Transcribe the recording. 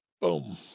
Boom